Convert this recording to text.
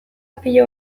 pilo